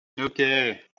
Okay